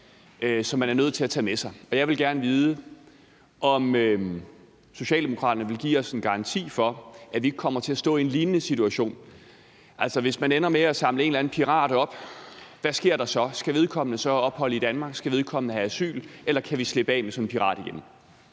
som man er nødt til at tage med sig. Jeg vil gerne vide, om Socialdemokraterne vil give os en garanti for, at vi ikke kommer til at stå i en lignende situation. Altså, hvis man ender med at samle en eller anden pirat op, hvad sker der så? Skal vedkommende så have ophold i Danmark, skal vedkommende have asyl, eller kan vi slippe af med sådan en pirat igen?